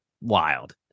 wild